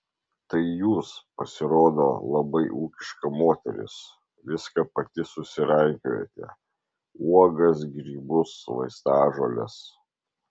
tai jūs pasirodo labai ūkiška moteris viską pati susirankiojate uogas grybus vaistažoles